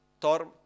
Tor